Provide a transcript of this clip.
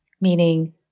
meaning